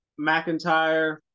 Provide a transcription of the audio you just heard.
McIntyre